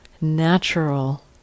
natural